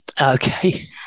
okay